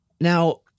Now